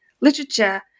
literature